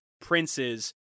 princes